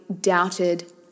doubted